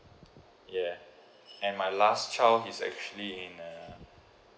yeah and my last child is actually in uh